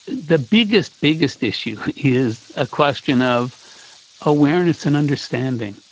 the biggest, biggest issue is a question of awareness and understanding.